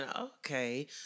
okay